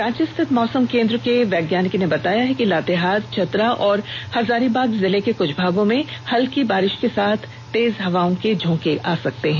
रांची स्थित मौसम केंद्र के एक वैज्ञानिक ने बताया कि लातेहार चतरा और हजारीबाग जिले के कुछ भागों में हल्की बारिष के साथ तेज हवाओं के झोंके आ सकते हैं